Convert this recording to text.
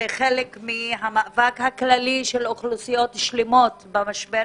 זה חלק מהמאבק הכללי של אוכלוסיות שלמות במשבר